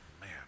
man